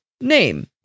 name